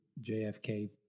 JFK